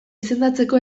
izendatzeko